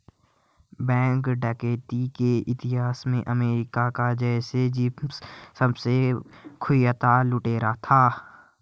bank डकैती के इतिहास में अमेरिका का जैसी जेम्स सबसे कुख्यात लुटेरा था